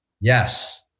Yes